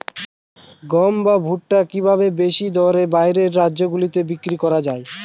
গম বা ভুট্ট কি ভাবে বেশি দরে বাইরের রাজ্যগুলিতে বিক্রয় করা য়ায়?